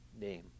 name